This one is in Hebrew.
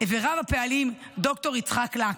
ורב-הפעלים ד"ר יצחק לקס.